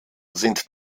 sind